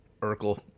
Urkel